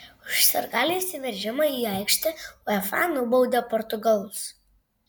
už sirgalių įsiveržimą į aikštę uefa nubaudė portugalus